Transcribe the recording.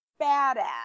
badass